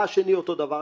בא השני אותו דבר,